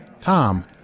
Tom